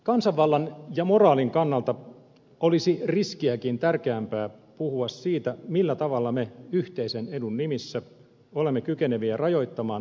kansanvallan ja moraalin kannalta olisi riskiäkin tärkeämpää puhua siitä millä tavalla me yhteisen edun nimissä olemme kykeneviä rajoittamaan ahneuden liikkumavaraa